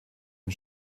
ein